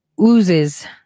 oozes